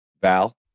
Val